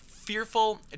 Fearful